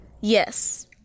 Yes